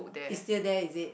is still there is it